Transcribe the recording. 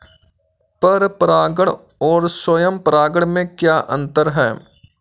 पर परागण और स्वयं परागण में क्या अंतर है?